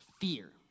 fear